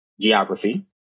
geography